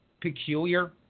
peculiar